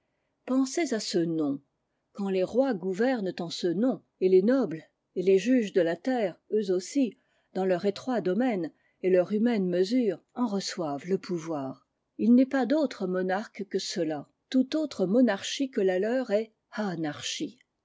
pensez à ce nom quand les rois gouvernent en ce nom et les nobles et les juges de la terre eux aussi dans leur étroit domaine et leur humaine mesure en reçoivent le pouvoir il n'est pas d'autres monarques que ceux-là toute autre monarchie que la leur est anarchie